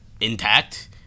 intact